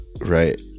Right